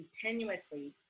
continuously